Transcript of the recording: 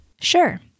Sure